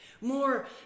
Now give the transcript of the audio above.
more